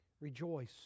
Rejoice